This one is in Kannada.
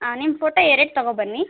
ಹಾಂ ನಿಮ್ಮ ಫೋಟೊ ಎರಡು ತೊಗೋ ಬನ್ನಿ